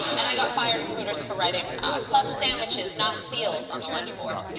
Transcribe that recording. and i got fired from hooters for writing club sandwiches, not seals on the lunch board.